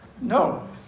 no